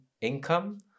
income